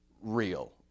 real